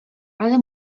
ale